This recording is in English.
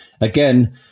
Again